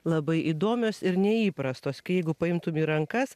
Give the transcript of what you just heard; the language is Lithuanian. labai įdomios ir neįprastos kai jeigu paimtum į rankas